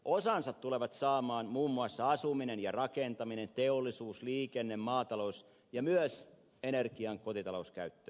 osansa tulevat saamaan muun muassa asuminen ja rakentaminen teollisuus liikenne maatalous ja myös energian kotitalouskäyttö